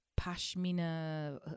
Pashmina